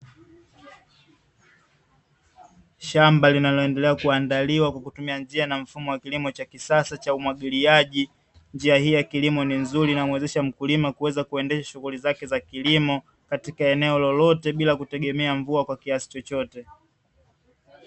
Shamba linaloendele kuandaliwa na kutumia mfumo wa kilimo cha kisasa cha umwagiliaji, njia hii ya kilimo ni nzuri inayomwezesha mkulima kuweza kuendesha shunghuli zake za kilimo katika eneo lolote bila kutegemea mvua kwa kiasi chochote .